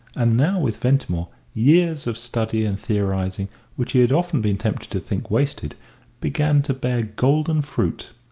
and now with ventimore years of study and theorising which he had often been tempted to think wasted began to bear golden fruit.